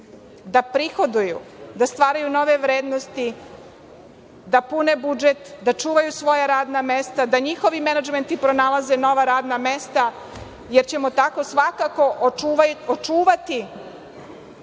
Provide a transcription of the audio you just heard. da prihoduju, da stvaraju nove vrednosti, da pune budžet, da čuvaju svoja radna mesta, da njihovi menadžmenti pronalaze nova radna mesta, jer ćemo tako svakako očuvati